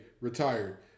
retired